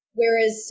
whereas